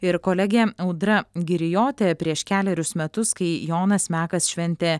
ir kolegė audra girijotė prieš kelerius metus kai jonas mekas šventė